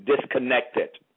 disconnected